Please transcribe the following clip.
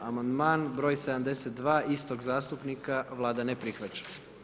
Amandman broj 72. istog zastupnika, Vlada ne prihvaća.